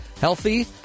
healthy